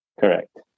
correct